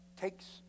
takes